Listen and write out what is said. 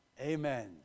Amen